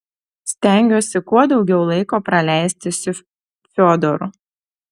stengiuosi kuo daugiau laiko praleisti su fiodoru